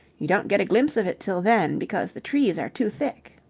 you don't get a glimpse of it till then, because the trees are too thick.